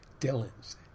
Dylan's